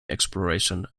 exploration